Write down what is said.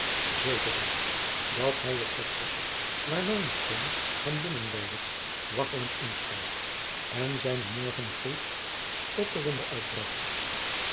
zeker is het dat hij het vertrek waar meinertz hem binnen leidde waggelend inschoof en zijnen morgengroet stotterende